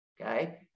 Okay